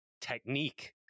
technique